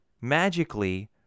Magically